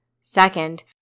Second